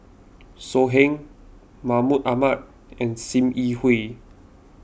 So Heng Mahmud Ahmad and Sim Yi Hui